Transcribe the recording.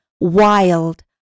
wild